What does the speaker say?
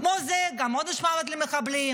כמו זה גם עונש מוות למחבלים,